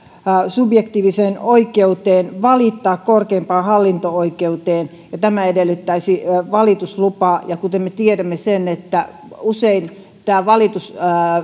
subjektiiviseen oikeuteen valittaa korkeimpaan hallinto oikeuteen joka edellyttäisi valituslupaa ja kuten me tiedämme usein